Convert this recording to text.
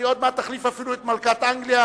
אני עוד מעט אחליף אפילו את מלכת אנגליה,